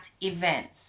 events